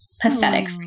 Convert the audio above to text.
pathetic